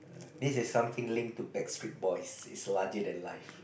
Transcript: this is something link to Backstreet Boys is larger than life